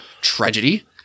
tragedy